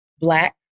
black